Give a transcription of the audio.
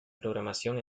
programación